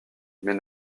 mais